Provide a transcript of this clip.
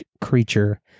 creature